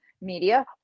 Media